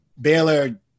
Baylor